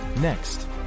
Next